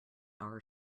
our